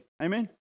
amen